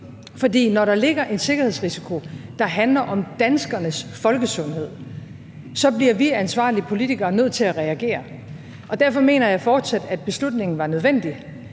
for når der ligger en sikkerhedsrisiko, der handler om danskernes folkesundhed, så bliver vi ansvarlige politikere nødt til at reagere. Og derfor mener jeg fortsat, at beslutningen var nødvendig.